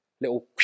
little